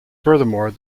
furthermore